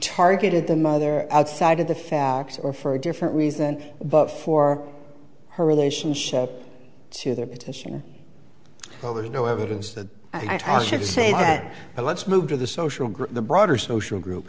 targeted the mother outside of the facts or for a different reason but for her relationship to their petition well there's no evidence that i should say that but let's move to the social group the broader social